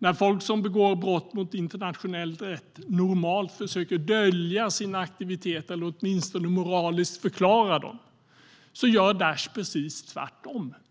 När folk som begår brott mot internationell rätt normalt försöker dölja sina aktiviteter eller åtminstone moraliskt förklara dem gör Daish precis tvärtom.